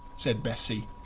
said bessie